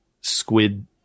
Squid